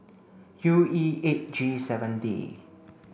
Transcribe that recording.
U E eight G seven D